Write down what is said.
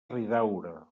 riudaura